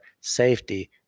safety